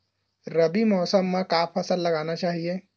रबी मौसम म का फसल लगाना चहिए?